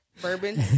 bourbon